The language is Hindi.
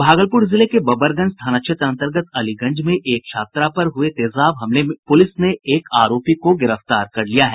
भागलपुर जिले के बबरगंज थाना क्षेत्र अंतर्गत अलीगंज में एक छात्रा पर हुये तेजाब हमले के मामले में पूलिस ने एक आरोपी को गिरफ्तार कर लिया है